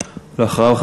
ואחריו,